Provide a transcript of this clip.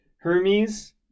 Hermes